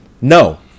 No